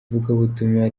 ivugabutumwa